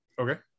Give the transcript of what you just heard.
Okay